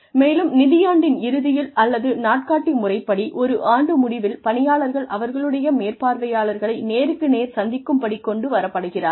மேலும் நிதியாண்டின் இறுதியில் அல்லது நாட்காட்டி முறைப்படி ஒரு ஆண்டு முடிவில் பணியாளர்கள் அவர்களுடைய மேற்பார்வையாளர்களை நேருக்கு நேர் சந்திக்கும் படி கொண்டு வரப்படுகிறார்கள்